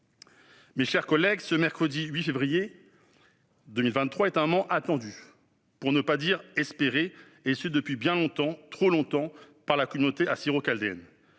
Mes chers collègues, ce mercredi 8 février 2023 est un moment attendu, pour ne pas dire espéré, et ce depuis bien longtemps- trop longtemps -par la communauté assyro-chaldéenne.